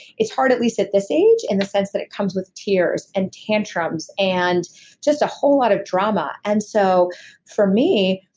it's hard at least at this age in the sense that it comes with tears and tantrums and just a whole lot of drama. and so for me,